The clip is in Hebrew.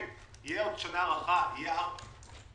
תהיה עוד שנה הארכה, יהיה ארבע.